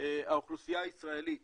האוכלוסייה הישראלית